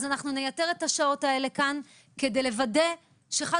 אז אנחנו נייתר את השעות האלה כאן כדי לוודא שחס